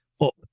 up